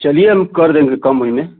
चलिए हम कर देंगे कम उसी में